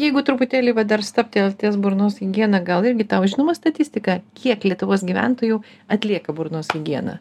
jeigu truputėlį bet dar stabtelt ties burnos higiena gal irgi tau žinoma statistika kiek lietuvos gyventojų atlieka burnos higieną